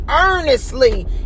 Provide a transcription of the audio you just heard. earnestly